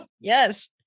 yes